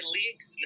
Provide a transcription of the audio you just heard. leagues